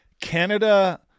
Canada